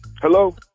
Hello